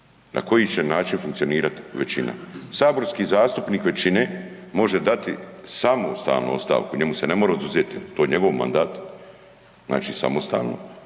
Na koji će način funkcionirati većina? Saborski zastupnik većine može dati samostalno ostavku, njemu se ne mora oduzeti, to je njegov mandat, znači samostalno.